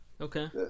Okay